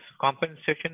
compensation